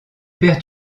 pertes